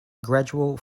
gradual